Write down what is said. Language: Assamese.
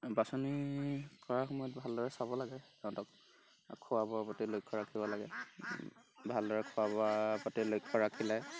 বাছনি কৰা সময়ত ভালদৰে চাব লাগে সিহঁতক খোৱা বোৱাৰ প্ৰতি লক্ষ্য় ৰাখিব লাগে ভালদৰে খোৱা বোৱাৰ প্ৰতি লক্ষ্য় ৰাখিলে